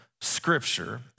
scripture